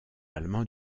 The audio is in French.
allemand